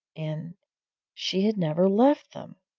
and she had never left them!